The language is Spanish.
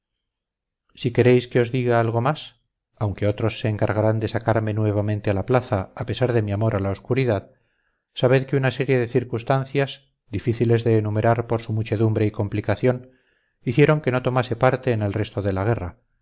si queréis que os diga algo más aunque otros se encargarán de sacarme nuevamente a plaza a pesar de mi amor a la oscuridad sabed que una serie de circunstancias difíciles de enumerar por su muchedumbre y complicación hicieron que no tomase parte en el resto de la guerra